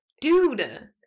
Dude